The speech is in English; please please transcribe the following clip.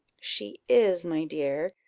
she is, my dear,